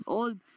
old